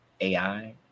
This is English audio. AI